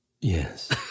Yes